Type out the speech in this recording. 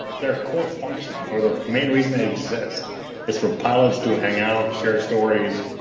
their core function or the main reason they exist is for pilots to hang out, share stories,